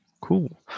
cool